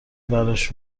براش